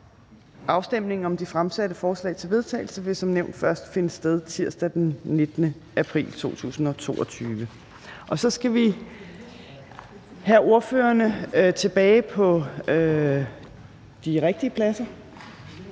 Afstemning om de fremsatte forslag til vedtagelse vil som nævnt først finde sted tirsdag den 19. april 2022. Så skal vi have ordførerne tilbage på deres egne pladser,